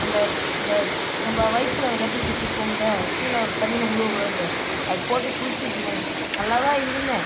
அந்த இந்த நம்ம வயித்தில் அதை கட்டிட்டு குளிப்போம்ல கீழே தண்ணியில முழுகக்கூடாதுண்ட்டு அது போட்டு குளிச்சிகிட்ருந்தேங்க நல்லா தான் இருந்தேன்